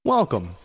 Welcome